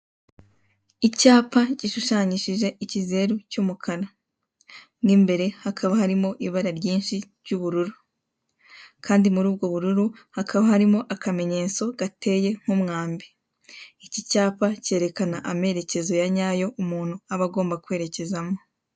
Icyapa gishushanyishije ikizeru cy'umukara, mu imbere hakaba harimo ibara ryinshi ry'umukara kandi muri ubwo bururu hakaba harimo akamenyetso gateye nk'umwambi, iki cyapa cyerekana amerekezo ya nyayo umuntu aba agomba kwerekezamo.